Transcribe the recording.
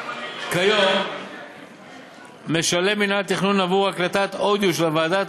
כיום משלם מינהל התכנון עבור הקלטת אודיו של הוועדות